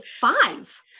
five